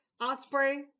Osprey